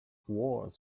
wars